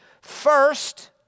First